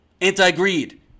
anti-greed